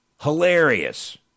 hilarious